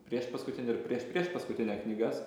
prieš paskutinį ir prieš priešpaskutinę knygas